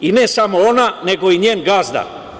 I ne samo ona, nego i njen gazda.